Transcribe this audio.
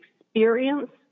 experience